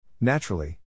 Naturally